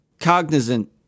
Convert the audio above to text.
cognizant